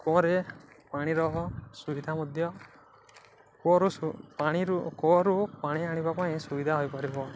କୂଅରେ ପାଣିର ସୁବିଧା ମଧ୍ୟ କୂଅରୁ ପାଣିରୁ କୂଅରୁ ପାଣି ଆଣିବା ପାଇଁ ସୁବିଧା ହୋଇପାରିବ